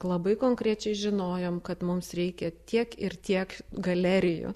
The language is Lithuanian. labai konkrečiai žinojom kad mums reikia tiek ir tiek galerijų